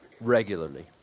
regularly